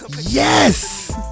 yes